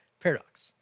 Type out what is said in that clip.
paradox